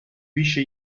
wische